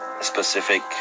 specific